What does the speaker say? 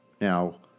Now